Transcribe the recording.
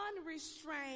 unrestrained